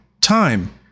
time